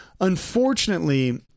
Unfortunately